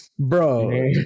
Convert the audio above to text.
bro